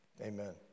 amen